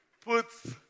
Puts